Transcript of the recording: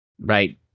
Right